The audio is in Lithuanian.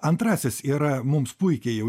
antrasis yra mums puikiai jau